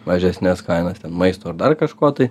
mažesnes kainas ten maisto ar dar kažko tai